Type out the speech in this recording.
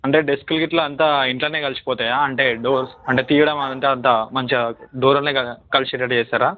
అంటే డిస్కులు గిట్ల అంతా ఇంట్లోనే కలిసిపోతాయా అంటే డోర్స్ అంటే తీయడం అది అంతా అంతా మంచిగా డోర్లోనే కలిసేటట్టు చేస్తారా